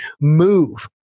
move